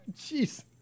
Jeez